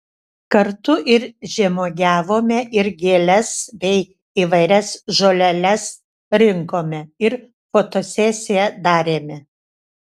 kartu ir žemuogiavome ir gėles bei įvairias žoleles rinkome ir fotosesiją darėme